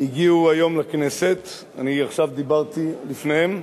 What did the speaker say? הגיעו היום לכנסת, אני עכשיו דיברתי לפניהם,